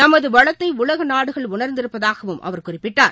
நமது வளத்தை உலக நாடுகள் உணர்ந்திருப்பதாகவும் அவர் குறிப்பிட்டார்